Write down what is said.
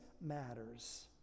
matters